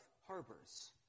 harbors